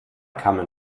kamen